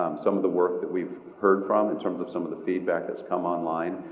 um some of the work that we've heard from in terms of some of the feedback that's come online,